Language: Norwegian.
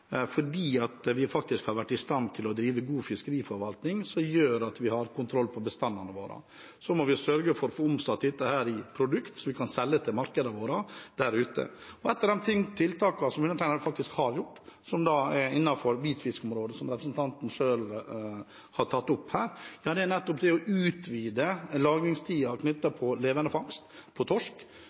har vært i stand til å drive god fiskeriforvaltning, som gjør at vi har kontroll på bestandene våre. Så må vi sørge for å få omsatt dette i produkter som vi kan selge til markedene våre der ute. Et av de tiltakene som undertegnede faktisk har gjort innenfor hvitfiskområdet, som representanten selv tok opp her, er nettopp å utvide lagringstiden for levende fangst, på torsk,